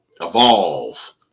Evolve